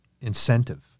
incentive